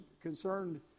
concerned